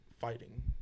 fighting